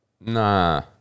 Nah